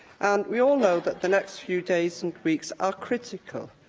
and we all know that the next few days and weeks are critical,